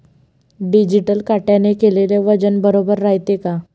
Digital काट्याने केलेल वजन बरोबर रायते का?